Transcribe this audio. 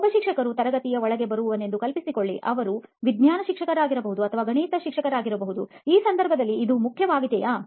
ಒಬ್ಬ ಶಿಕ್ಷಕನು ತರಗತಿಯ ಒಳಗೆ ಬರುವವನೆಂದು ಕಲ್ಪಿಸಿಕೊಳ್ಳಿ ಅವನು ವಿಜ್ಞಾನ ಶಿಕ್ಷಕನಾಗಿರಬಹುದು ಅಥವಾ ಗಣಿತ ಶಿಕ್ಷಕನಾಗಿರಬಹುದು ಈ ಸಂದರ್ಭದಲ್ಲಿ ಇದು ಮುಖ್ಯವಾಗಿದೆಯಾ